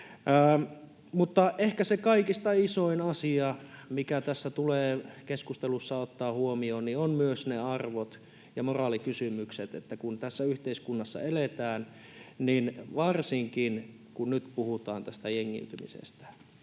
Ehkä se kaikista isoin asia, mikä tässä keskustelussa tulee ottaa huomioon, ovat myös ne arvot ja moraalikysymykset, että kun tässä yhteiskunnassa eletään, niin varsinkin kun nyt puhutaan tästä jengiytymisestä,